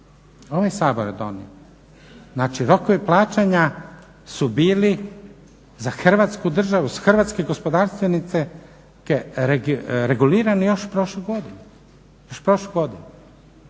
Ovaj Sabor je donio. Znači, rokovi plaćanja su bili za Hrvatsku državu, hrvatske gospodarstvenike regulirani još prošlu godinu.